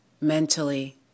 mentally